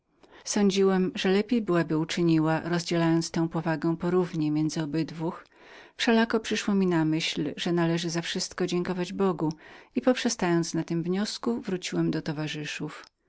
sądziłem że natura lepiej byłaby uczyniła rozdzielając tę powagę między dwóch wszelako przyszła mi myśl że należało za wszystko dziękować bogu i poprzestając na tym wniosku wróciłem do towarzyszów